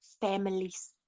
families